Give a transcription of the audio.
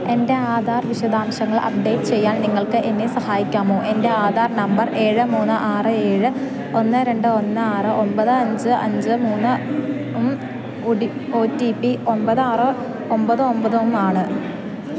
എൻ്റെ ആധാർ വിശദാംശങ്ങൾ അപ്ഡേറ്റ് ചെയ്യാൻ നിങ്ങൾക്ക് എന്നെ സഹായിക്കാമോ എൻ്റെ ആധാർ നമ്പർ ഏഴ് മൂന്ന് ആറ് ഏഴ് ഒന്ന് രണ്ട് ഒന്ന് ആറ് ഒമ്പത് അഞ്ച് അഞ്ച് മൂന്ന് ഉം ഓ ഡി ഒ റ്റി പ്പി ഒമ്പത് ആറ് ഒമ്പത് ഒമ്പതും ആണ്